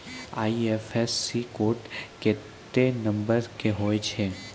IFSC code केत्ते number के होय छै